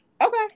Okay